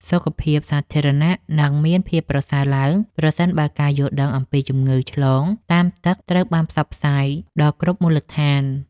សុខភាពសាធារណៈនឹងមានភាពប្រសើរឡើងប្រសិនបើការយល់ដឹងអំពីជំងឺឆ្លងតាមទឹកត្រូវបានផ្សព្វផ្សាយដល់គ្រប់មូលដ្ឋាន។